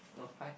oh hi